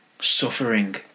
Suffering